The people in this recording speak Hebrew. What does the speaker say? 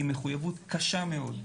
היא מחויבות קשה מאוד.